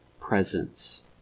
presence